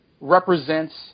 represents